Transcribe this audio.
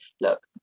look